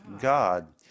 God